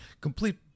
Complete